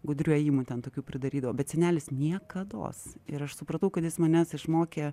gudrių ėjimų ten tokių pridarydavo bet senelis niekados ir aš supratau kad jis manęs išmokė